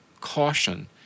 Caution